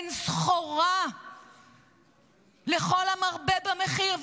הן סחורה לכל המרבה במחיר,